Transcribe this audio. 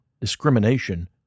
discrimination